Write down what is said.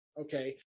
Okay